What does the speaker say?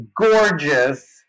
gorgeous